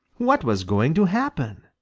what was going to happen?